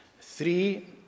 three